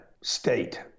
state